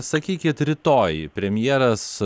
sakykit rytoj premjeras